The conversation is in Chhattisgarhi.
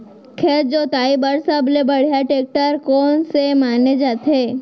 खेत जोताई बर सबले बढ़िया टेकटर कोन से माने जाथे?